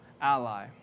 ally